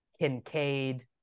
kincaid